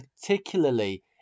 particularly